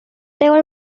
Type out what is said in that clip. তেওঁৰ